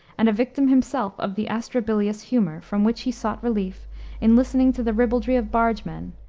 and a victim himself of the atrabilious humor, from which he sought relief in listening to the ribaldry of barge-men,